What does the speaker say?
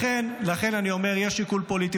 לכן אני אומר שיש שיקול פוליטי.